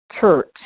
church